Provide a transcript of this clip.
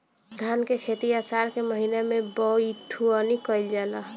धान के खेती आषाढ़ के महीना में बइठुअनी कइल जाला?